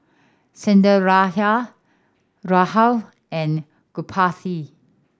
Sundaraiah Rahul and Gopinath